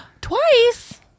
twice